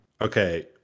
Okay